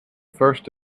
first